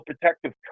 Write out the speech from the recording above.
protective